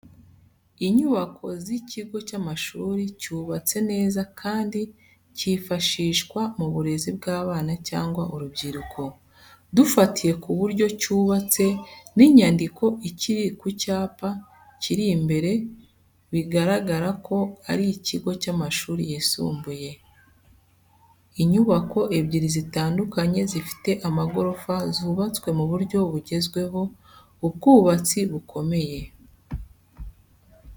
Inyubako z’ikigo cy’amashuri, cyubatse neza kandi cyifashishwa mu burezi bw'abana cyangwa urubyiruko. Dufatiye ku buryo cyubatse n’inyandiko iri ku cyapa kiri imbere biragaragara ko ari ikigo cy’amashuri yisumbuye. Inyubako ebyiri zitandukanye zifite amagorofa zubatswe mu buryo bugezweho, ubwubatsi bukomeye.